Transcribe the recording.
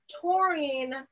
touring